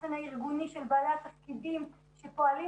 החוסן הארגוני של בעלי התפקידים שפועלים